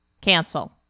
Cancel